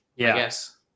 Yes